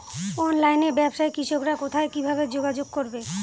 অনলাইনে ব্যবসায় কৃষকরা কোথায় কিভাবে যোগাযোগ করবে?